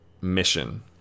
mission